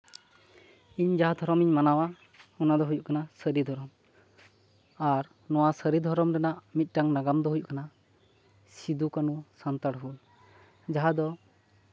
ᱤᱧ ᱡᱟᱦᱟᱸ ᱫᱷᱚᱨᱚᱢᱤᱧ ᱢᱟᱱᱟᱣᱟ ᱚᱱᱟ ᱫᱚ ᱦᱩᱭᱩᱜ ᱠᱟᱱᱟ ᱥᱟᱹᱨᱤ ᱫᱷᱚᱨᱚᱢ ᱟᱨ ᱱᱚᱣᱟ ᱥᱟᱹᱨᱤ ᱫᱷᱚᱨᱚᱢ ᱨᱮᱱᱟᱜ ᱢᱤᱫᱴᱟᱱ ᱱᱟᱜᱟᱢ ᱫᱚ ᱦᱩᱭᱩᱜ ᱠᱟᱱᱟ ᱥᱤᱫᱩ ᱠᱟᱹᱱᱩ ᱥᱟᱱᱛᱟᱲ ᱦᱩᱞ ᱡᱟᱦᱟᱸ ᱫᱚ